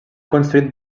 construït